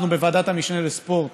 אנחנו בוועדת המשנה לספורט